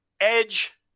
Edge